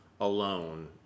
alone